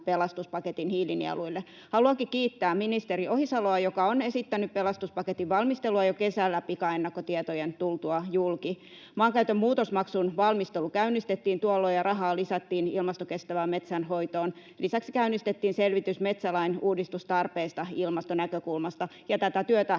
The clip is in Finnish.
pelastuspaketin hiilinieluille. Haluankin kiittää ministeri Ohisaloa, joka on esittänyt pelastuspaketin valmistelua jo kesällä pikaennakkotietojen tultua julki. Maankäytön muutosmaksun valmistelu käynnistettiin tuolloin ja rahaa lisättiin ilmastokestävään metsänhoitoon. Lisäksi käynnistettiin selvitys metsälain uudistustarpeista ilmastonäkökulmasta, ja tätä työtä